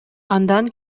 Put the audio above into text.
андан